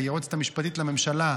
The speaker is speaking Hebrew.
היועצת המשפטית לממשלה,